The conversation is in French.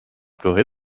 pleurer